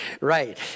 Right